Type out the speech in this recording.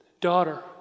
Daughter